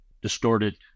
distorted